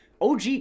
og